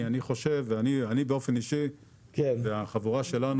אני חושב שאני באופן אישי והחבורה שלנו